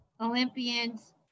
Olympians